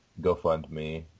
GoFundMe